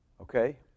okay